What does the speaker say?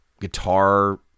guitar